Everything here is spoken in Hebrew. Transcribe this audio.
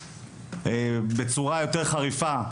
בצורה יותר חריפה,